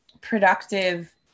productive